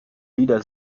lieder